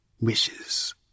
wishes